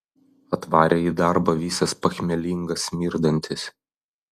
atvarė į darbą visas pachmielingas smirdantis